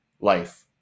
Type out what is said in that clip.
life